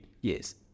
yes